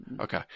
Okay